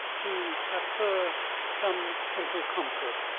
to proffer some simple comfort,